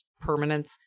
permanence